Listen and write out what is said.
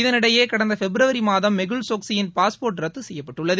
இதனிடையே கடந்த பிப்ரவரி மாதம் மெகுல் சோகஷியின் பாஸ்போர்ட் ரத்து செய்யப்பட்டுள்ளது